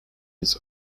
its